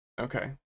Okay